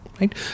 right